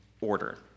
order